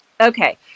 Okay